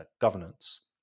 governance